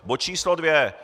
Bod číslo dvě.